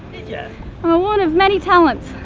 yeah i'm a woman of many talents,